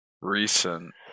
recent